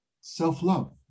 self-love